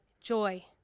joy